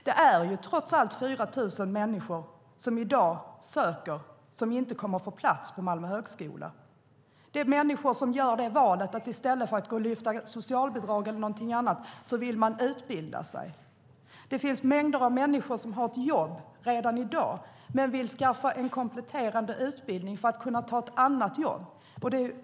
Det är trots allt 4 000 människor som i dag söker men inte kommer att få plats på Malmö högskola. Det är människor som gör valet att i stället för att gå och lyfta socialbidrag eller någonting annat vill man utbilda sig. Det finns mängder av människor som har ett jobb redan i dag men som vill skaffa en kompletterande utbildning för att kunna ta ett annat jobb.